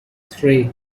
three